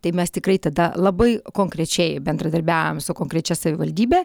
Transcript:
tai mes tikrai tada labai konkrečiai bendradarbiaujam su konkrečia savivaldybe